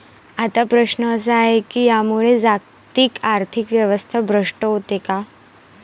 आता प्रश्न असा आहे की यामुळे जागतिक आर्थिक व्यवस्था भ्रष्ट होते का?